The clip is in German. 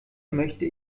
möchte